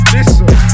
Listen